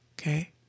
Okay